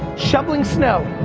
shoveling snow,